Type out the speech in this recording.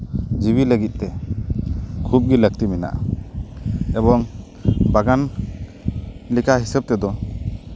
ᱡᱤᱣᱤ ᱞᱟᱹᱜᱤᱫ ᱛᱮ ᱠᱷᱩᱵᱽ ᱜᱮ ᱞᱟᱹᱠᱛᱤ ᱢᱮᱱᱟᱜᱼᱟ ᱮᱵᱚᱝ ᱵᱟᱜᱟᱱ ᱞᱮᱠᱟ ᱦᱤᱥᱟᱹᱵ ᱛᱮᱫᱚ